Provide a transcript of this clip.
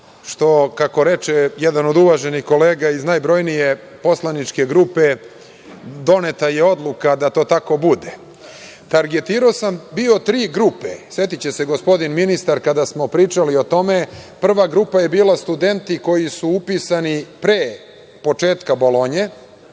što, kako reče jedan od uvaženih kolega iz najbrojnije poslaničke grupe, doneta je odluka da to tako bude. Bio sam targetirao tri grupe. Setiće se gospodin ministar kada smo pričali o tome. Prva grupa je bila – studenti koji su upisani pre početka Bolonje